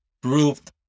proved